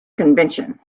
convention